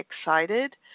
excited